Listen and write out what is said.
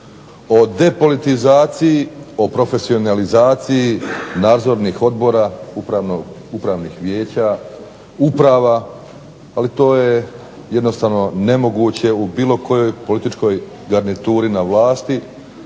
o depolitizaciji, profesionalizaciji nadzornih odbora upravnih vijeća, uprava, ali to je jednostavno nemoguće u bilo kojoj političkoj garnituri na vlasti